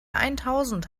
eintausend